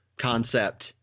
concept